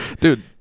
Dude